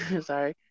sorry